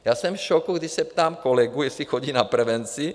Já jsem v šoku, když se ptám kolegů, jestli chodí na prevenci.